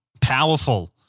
Powerful